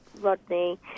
Rodney